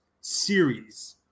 series